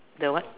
the what